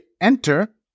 enter